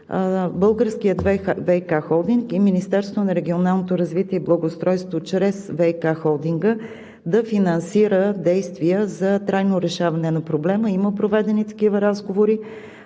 Българският ВиК холдинг и Министерството на регионалното развитие и благоустройството чрез ВиК холдинга да финансира действия за трайно решаване на проблема. Има проведени такива разговори.